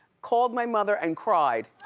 called my mother and cried.